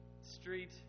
Street